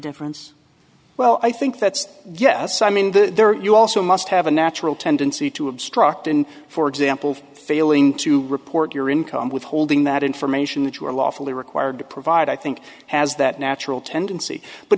difference well i think that's yes i mean the you also must have a natural tendency to obstruct and for example for failing to report your income withholding that information that you are lawfully required to provide i think has that natural tendency but